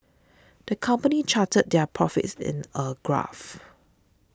the company charted their profits in a graph